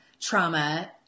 trauma